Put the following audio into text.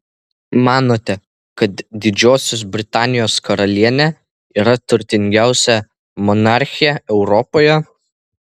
manote kad didžiosios britanijos karalienė yra turtingiausia monarchė europoje